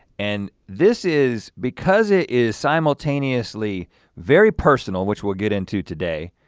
and this is, because it is simultaneously very personal, which we'll get into today,